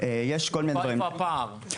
איפה הפער?